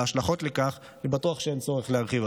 על ההשלכות של זה אני בטוח שאין צורך להרחיב,